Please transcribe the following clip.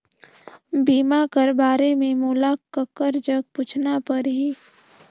बीमा कर बारे मे मोला ककर जग पूछना परही?